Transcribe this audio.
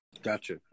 Gotcha